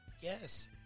Yes